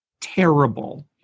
terrible